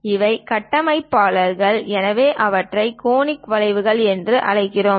இவை கட்டமைப்பாளர்கள் எனவே அவற்றை கோனிக் வளைவுகள் என்று அழைக்கிறோம்